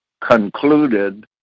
concluded